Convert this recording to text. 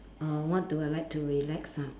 uh what do I like to relax ah